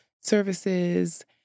services